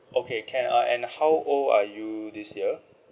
okay can uh and how old are you this year